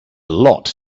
lot